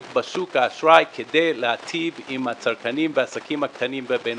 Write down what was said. בשוק האשראי כדי להיטיב עם הצרכנים והעסקים הקטנים והבינוניים.